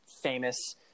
famous